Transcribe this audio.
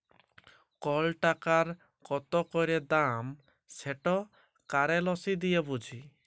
call টাকার কত ক্যইরে দাম সেট কারেলসি দিঁয়ে বুঝি